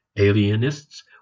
alienists